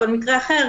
מקרה אחר,